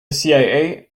cia